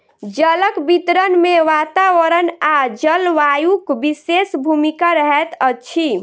जलक वितरण मे वातावरण आ जलवायुक विशेष भूमिका रहैत अछि